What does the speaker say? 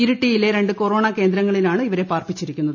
ഇരിട്ടിയിലെ രണ്ട് കൊറോണ കേന്ദ്രങ്ങളിലാണ് ഇവരെ പാർപ്പിച്ചിരിക്കുന്നത്